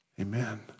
Amen